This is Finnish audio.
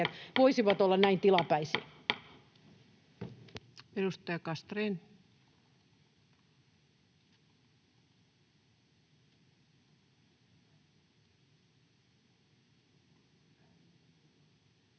voisivat olla näin tilapäisiä.